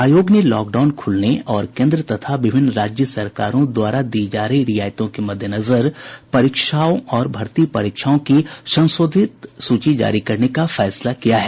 आयोग ने लॉकडाउन खुलने और केंद्र तथा विभिन्न राज्य सरकारों द्वारा दी जा रही रियायतों के मद्देनजर परीक्षाओं और भर्ती परीक्षाओं की संशोधित सूची जारी करने का फैसला किया है